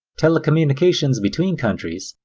telecommunications between countries,